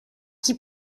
qui